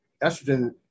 estrogen